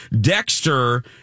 Dexter